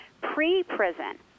pre-prison